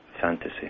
fantasy